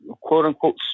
quote-unquote